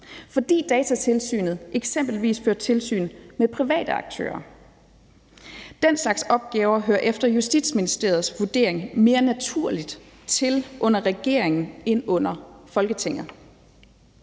fordi Datatilsynet eksempelvis fører tilsyn med private aktører. Den slags opgaver hører efter Justitsministeriets vurdering mere naturligt til under regeringen end under Folketinget.